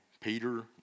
Peter